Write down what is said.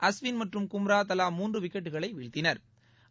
அஸ்வின் மற்றும் கும்ரா தலா மூன்று விக்கெட்களை வீழ்த்தினா்